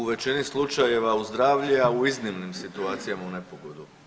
U većini slučajeva u zdravlje, a u iznimnim situacijama u nepogodu.